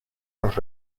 los